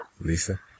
Lisa